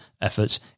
efforts